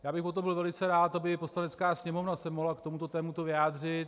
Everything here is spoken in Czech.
Já bych potom byl velice rád, aby se Poslanecká sněmovna mohla k tomuto tématu vyjádřit.